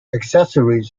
accessories